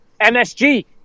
MSG